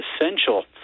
essential